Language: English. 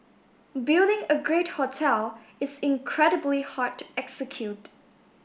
building a great hotel is incredibly hard to execute